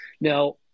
Now